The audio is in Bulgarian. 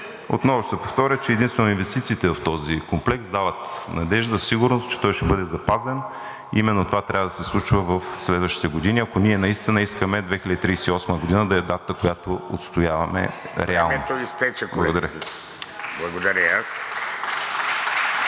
отново ще повторя, че единствено инвестициите в този комплекс дават надежда, сигурност, че той ще бъде запазен. Именно това трябва да се случва в следващите години, ако ние наистина искаме 2038 г. да е датата, която отстояваме реално. Благодаря.